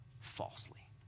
Falsely